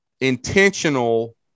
intentional